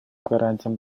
гарантиям